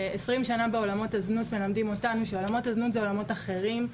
עשרים שנה בעולמות הזנות מלמדים אותנו שעולמות הזנות הם עולמות אחרים.